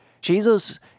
Jesus